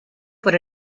por